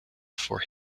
for